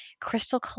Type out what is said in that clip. Crystal